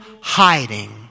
hiding